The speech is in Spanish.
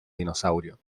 dinosaurio